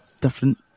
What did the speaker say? different